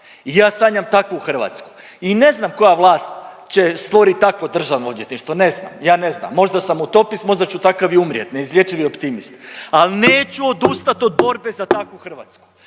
I ja sanjam takvu Hrvatsku i ne znam koja vlast će stvorit takvo državno odvjetništvo, ne znam, ja ne znam, možda sam utopist, možda ću takav i umrijet, neizlječivi optimist, al neću odustat od borbe za takvu Hrvatsku